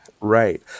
Right